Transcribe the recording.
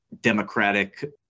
democratic